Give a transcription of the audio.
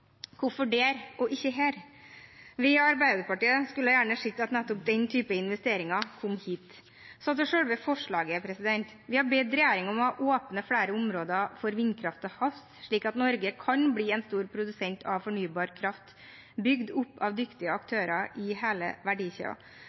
Hvorfor der og ikke her? Vi i Arbeiderpartiet skulle gjerne sett at nettopp den typen investeringer kom hit. Så til selve forslaget. Vi har bedt regjeringen om å åpne flere områder for vindkraft til havs, slik at Norge kan bli en stor produsent av fornybar kraft bygd opp av dyktige aktører i hele verdikjeden.